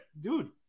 dude